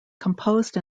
composed